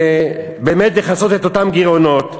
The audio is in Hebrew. ובאמת לכסות את אותם גירעונות.